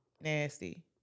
Nasty